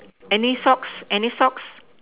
any socks any socks